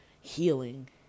healing